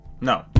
No